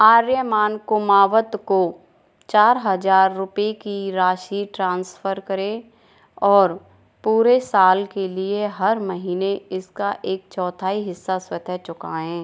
आर्यमान कुमावत को चार हजार रुपये की राशि ट्रांसफ़र करें और पूरे साल के लिए हर महीनें इसका एक चौथाई हिस्सा स्वतः चुकाएँ